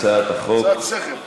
קצת שכל.